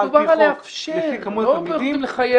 אבל דובר על לאפשר, לא רוצים לחייב אותך.